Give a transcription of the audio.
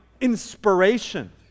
inspiration